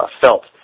felt